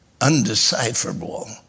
undecipherable